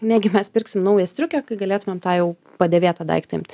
negi mes pirksim naują striukę kai galėtumėm tą jau padėvėtą daiktą imt